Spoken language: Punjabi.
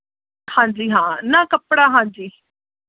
ਹਾਂਜੀ ਹਾਂ ਨਾ ਕੱਪੜਾ ਹਾਂਜੀ